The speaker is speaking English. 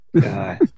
God